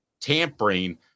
tampering